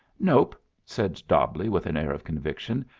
nope, said dobbleigh, with an air of conviction.